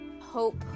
Hope